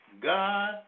God